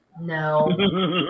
No